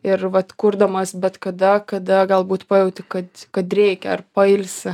ir vat kurdamas bet kada kada galbūt pajauti kad kad reikia ar pailsi